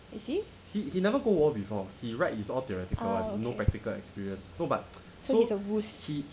is he ah okay so is a wuss